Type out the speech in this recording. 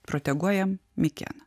proteguojam mikėną